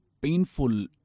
painful